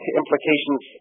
implications